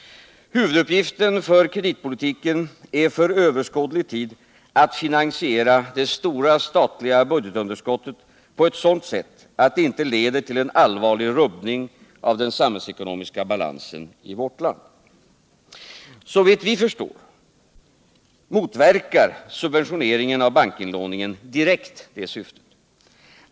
Huvuduppgiften för kreditpolitiken är för överskådlig tid att finansiera det stora statliga budgetunderskottet på ett sådant sätt att det inte leder till en allvarlig rubbning av den samhällsekonomiska balansen i vårt land. Såvitt jag kan förstå motverkar subventioneringen av bankinlåningen direkt det syftet.